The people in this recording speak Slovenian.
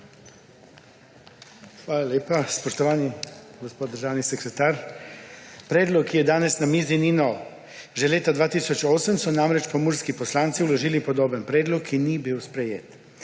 Hvala lepa. Spoštovani gospod državni sekretar! Predlog, ki je danes na mizi, ni nov. Že leta 2008 so namreč pomurski poslanci vložili podoben predlog, ki ni bil sprejet.